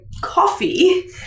coffee